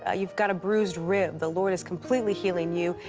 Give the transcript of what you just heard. ah you've got a bruised rib. the lord is completely healing you,